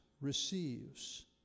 Receives